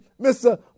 Mr